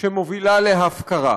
שמובילה להפקרה.